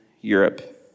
Europe